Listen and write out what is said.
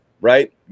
right